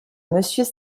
monsieur